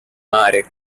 mare